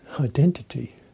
identity